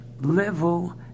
level